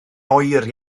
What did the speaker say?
oer